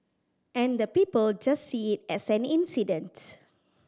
and the people just see it as an incident